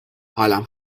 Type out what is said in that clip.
حالم